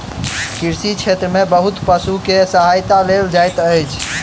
कृषि क्षेत्र में बहुत पशु के सहायता लेल जाइत अछि